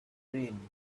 rain